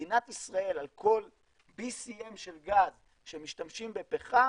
מדינת ישראל על כל BCM של גז שמשתמשים בפחם